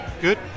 good